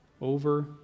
Over